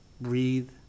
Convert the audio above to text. breathe